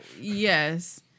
yes